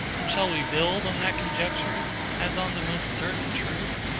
and shall we build on that conjecture as on the most certain truth?